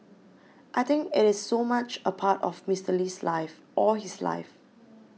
I think it is so much a part of Mister Lee's life all his life